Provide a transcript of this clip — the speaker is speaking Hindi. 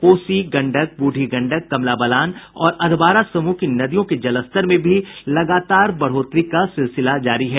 कोसी गंडक बूढ़ी गंडक कमला बलान और अधवारा समूह की नदियों के जलस्तर में भी लगातार बढ़ोतरी का सिलसिला जारी है